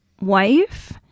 Wife